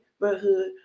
neighborhood